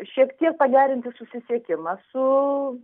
šiek tiek pagerinti susisiekimą su